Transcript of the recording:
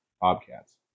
Bobcats